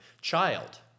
child